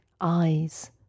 eyes